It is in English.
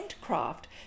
craft